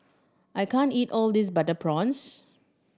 I can't eat all of this butter prawns